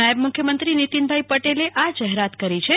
નાયબ મુખ્યમંત્રી નિતિનભાઈ પટેલે આ જાહેરાત કરી છે